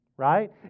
right